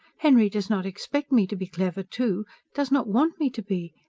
henry does not expect me to be clever, too does not want me to be.